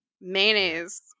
mayonnaise